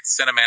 cinematic